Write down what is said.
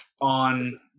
on